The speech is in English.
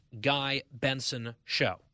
GuyBensonShow